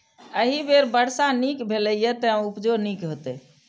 एहि बेर वर्षा नीक भेलैए, तें उपजो नीके हेतै